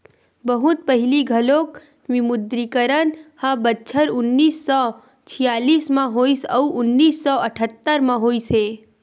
बहुत पहिली घलोक विमुद्रीकरन ह बछर उन्नीस सौ छियालिस म होइस अउ उन्नीस सौ अठत्तर म होइस हे